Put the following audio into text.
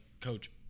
coach